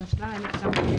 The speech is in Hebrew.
התשל"א-1971,